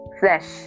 flesh